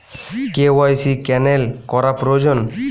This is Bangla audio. কে.ওয়াই.সি ক্যানেল করা প্রয়োজন?